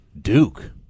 Duke